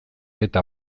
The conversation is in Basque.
eta